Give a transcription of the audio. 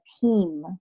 team